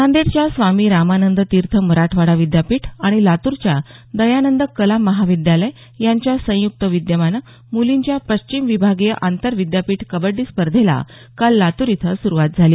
नांदेडच्या स्वामी रामानंद तीर्थ मराठवाडा विद्यापीठ आणि लातूरच्या दयानंद कला महाविद्यालय यांच्या संयुक्त विद्यमानं मुलींच्या पश्चिम विभागीय आंतर विद्यापीठ कबड्डी स्पर्धेला काल लातूर इथं सुरुवात झाली